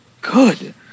good